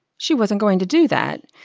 she wasn't going to do that